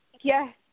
Yes